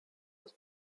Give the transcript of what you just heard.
aus